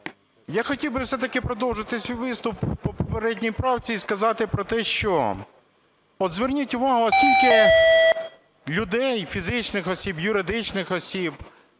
Я хотів би все-таки продовжити свій виступ по попередній правці і сказати про те, що, от зверніть увагу, скільки людей фізичних осіб, юридичних осіб